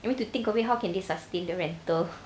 I mean to think of it how can they sustain the rental